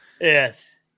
Yes